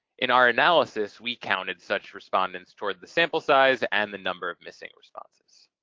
in our analysis, we counted such respondents toward the sample size and the number of missing responses.